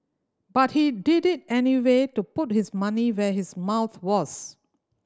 but he did it anyway to put his money where his mouth was